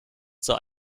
zur